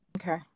Okay